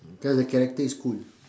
cause the character is cool